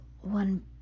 one